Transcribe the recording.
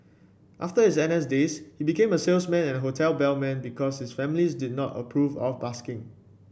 after his N S days he became a salesman and hotel bellman because his family did not approve of busking